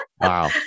Wow